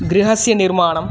गृहस्य निर्माणम्